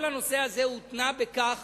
כל הנושא הזה הותנה בכך